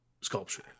sculpture